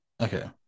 Okay